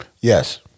Yes